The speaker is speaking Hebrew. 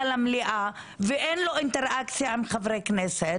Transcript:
למליאה ואין לו אינטראקציה עם חברי כנסת